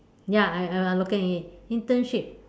ya I I looking at it in internship